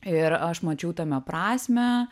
ir aš mačiau tame prasmę